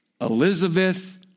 Elizabeth